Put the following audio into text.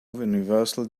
universal